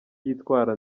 yitwara